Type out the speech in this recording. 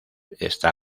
está